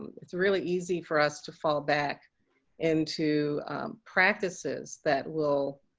it's really easy for us to fall back into practices that will,